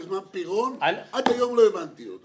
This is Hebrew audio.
אני נכנסתי לזה בזמן פירון ועד היום לא הבנתי את זה.